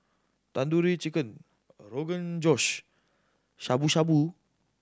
Tandoori Chicken Rogan Josh Shabu Shabu